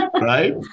right